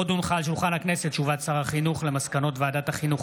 הודעת שר החינוך על מסקנות ועדת החינוך,